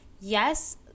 yes